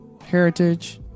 heritage